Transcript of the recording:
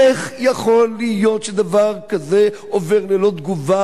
איך יכול להיות שדבר כזה עובר ללא תגובה